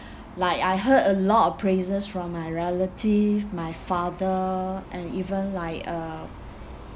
like I heard a lot of praises from my relative my father and even like uh